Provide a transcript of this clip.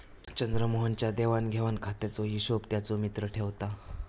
चंद्रमोहन च्या देवाण घेवाण खात्याचो हिशोब त्याचो मित्र ठेवता